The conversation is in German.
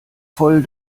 voll